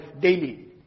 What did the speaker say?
daily